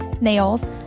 nails